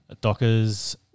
Dockers